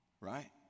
Right